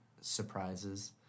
surprises